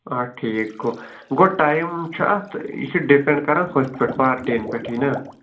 آ ٹھیٖک گوٚو گوٚو ٹایِم چھُ اَتھ یہِ چھُ ڈِپٮ۪نٛڈ کران ہُتھۍ پٮ۪ٹھ پارٹِیَن پٮ۪ٹھٕے نا